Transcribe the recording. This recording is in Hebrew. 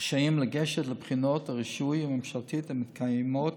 רשאים לגשת לבחינות הרישוי הממשלתיות המתקיימות